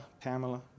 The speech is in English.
Pamela